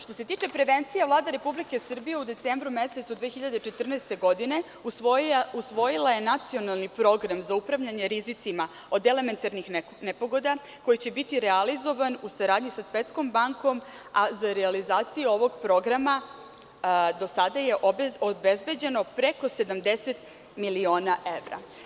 Što se tiče prevencije Vlada Republike Srbije u decembru mesecu 2014. godine usvojila je Nacionalni program za upravljanje rizicima od elementarnih nepogoda koji će biti realizovan u saradnji sa Svetskom bankom, a za realizaciju ovog programa do sada je obezbeđeno preko 70 miliona evra.